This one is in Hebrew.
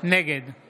נגד עידית סילמן, נגד